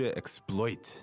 exploit